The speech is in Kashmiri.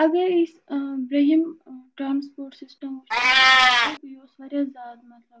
اگر أسۍ برُنٛہِم ٹرٛانٕسپوٹ سِسٹَم وٕچھو اِنڈیاہُک یہِ اوس واریاہ زیادٕ مطلب